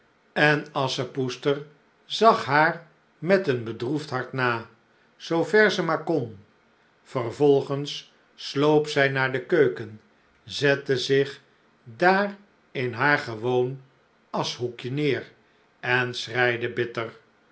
en asschepoester zag haar met een bedroefd hart na zoo ver ze maar kon vervolgens sloop zij naar de keuken zette zich daar in haar gewoon aschhoekje neêr en